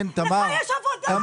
לך יש עבודה.